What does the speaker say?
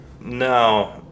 no